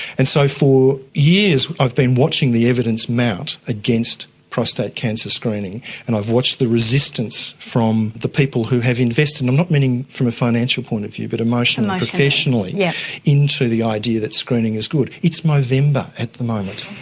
and so for years i've been watching the evidence mount against prostate cancer screening and i've watched the resistance from the people who have invested, and i'm not meaning from a financial point of view but emotionally and professionally yeah into the idea that screening is good. it's movember at the moment.